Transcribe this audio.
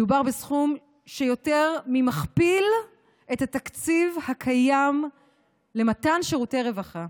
מדובר בסכום שיותר ממכפיל את התקציב הקיים למתן שירותי רווחה.